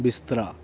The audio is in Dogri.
बिस्तरा